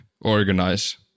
organize